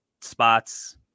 spots